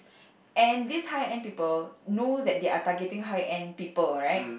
and these high end people know that they are targeting high end people right